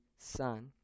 son